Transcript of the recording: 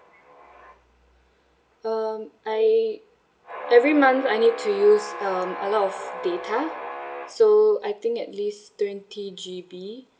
um I every month I need to use um a lot of data so I think at least twenty G_B